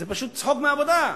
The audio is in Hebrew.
זה פשוט צחוק מהעבודה.